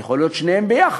זה יכול להיות שניהם ביחד.